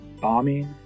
bombing